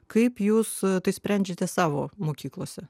kaip jūs tai sprendžiate savo mokyklose